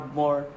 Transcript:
more